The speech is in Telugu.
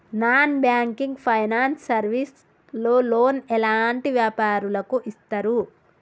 నాన్ బ్యాంకింగ్ ఫైనాన్స్ సర్వీస్ లో లోన్ ఎలాంటి వ్యాపారులకు ఇస్తరు?